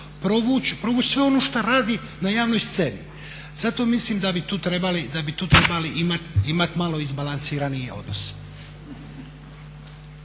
provući sve ono što radi na javnoj sceni. Zato mislim da bi tu trebali imati malo izbalansiraniji odnos.